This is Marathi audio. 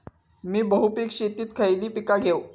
मी बहुपिक शेतीत खयली पीका घेव?